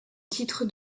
titre